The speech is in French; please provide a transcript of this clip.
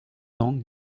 cents